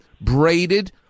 braided